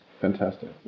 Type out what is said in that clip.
Fantastic